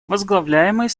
возглавляемый